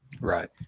Right